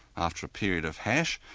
after a period of hash,